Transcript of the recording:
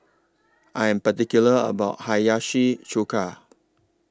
I Am particular about Hiyashi Chuka